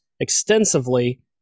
extensively